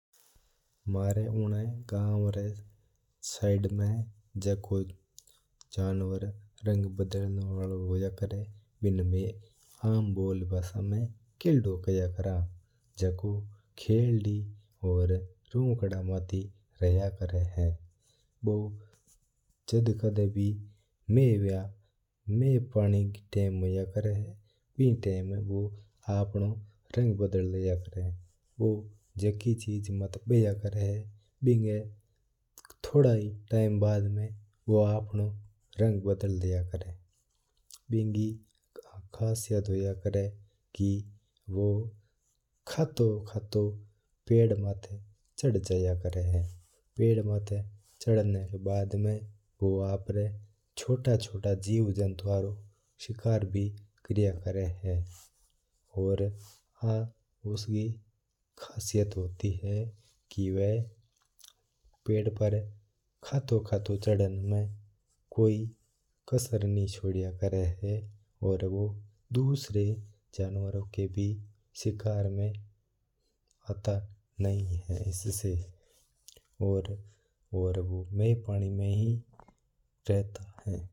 म्हारा उन गांव री साइड में जको जानवर रंग बदलना वालो होया करा है बिण मैं आम लोक आम भाषा में केलदो केहा करा हा। जको खेडी अर रुखड़ा माता ही रह्या करा है। बू जद्द कदी भी माय अर माय पानी रो टाईम होया करा है विण टाईम वो अपरो रंग बदल लिया करा है। वो झाकी चीज़ माता ब्यां करा है बिंगा थोड़ा ही टाईम बाद में बू आपरो रंग बदल दिया करा है अर बिना रंग बदला। बिंगी खशीयत होया करा है वो खातून खातून पेड़ माता चढ़ जया करा है। पेड़ रा माता चढ़ना री बाद में बू आपां छोटा छोटा जीव जंतुआ रौ शिकार भी कराया करा है। अर बिक्की एक खासीयत होया करा है कि बू पेड़ मात खातून खातून चढ़ना वास्ता माहिर होया करा है अर वो रंग भी बदल्या करा है।